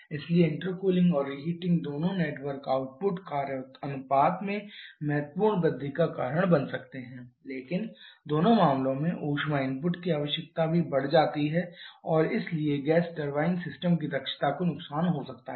इसलिए इंटरकूलिंग और रीहीटिंग दोनों नेट वर्क आउटपुट और कार्य अनुपात में महत्वपूर्ण वृद्धि का कारण बन सकते हैं लेकिन दोनों मामलों में ऊष्मा इनपुट की आवश्यकता भी बढ़ जाती है और इसलिए गैस टरबाइन सिस्टम की दक्षता को नुकसान हो सकता है